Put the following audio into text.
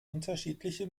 unterschiedliche